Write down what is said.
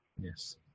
Yes